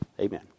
Amen